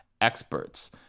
experts